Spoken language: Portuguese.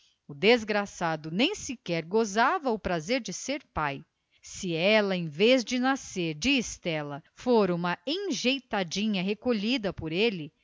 o desgraçado nem sequer gozava o prazer de ser pai se ela em vez de nascer de estela fora uma enjeitadinha recolhida por ele